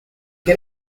can